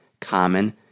common